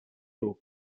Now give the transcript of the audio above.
aux